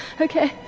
okay,